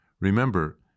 Remember